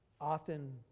Often